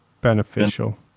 beneficial